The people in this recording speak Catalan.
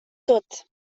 tot